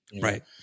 Right